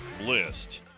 list